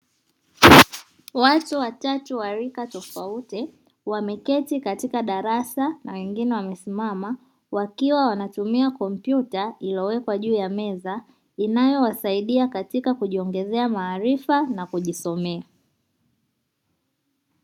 Watu watatu wa rika tofauti wameketi katika darasa na wengine wamesimama wakiwa wanatumia kompyuta iliyowekwa juu ya meza inayowasaidia katika kujiongezea maarifa na kujisomea.